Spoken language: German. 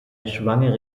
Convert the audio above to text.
schwangere